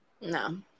No